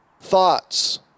thoughts